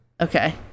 Okay